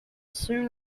soon